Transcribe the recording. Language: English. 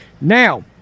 Now